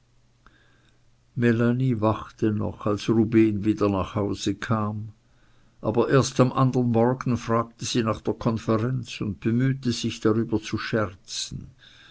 wachte noch als rubehn wieder nach hause kam aber erst am andern morgen fragte sie nach der konferenz und bemühte sich darüber zu scherzen